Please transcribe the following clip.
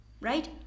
right